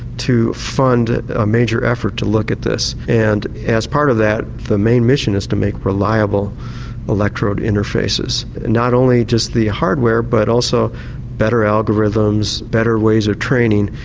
to fund a major effort to look at this. and as part of that the main mission is to make reliable electrode interfaces. not only just the hardware but also better algorithms, better ways of training.